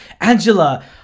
angela